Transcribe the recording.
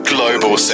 Global